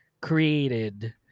created